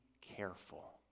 careful